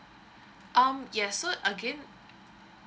um yes so again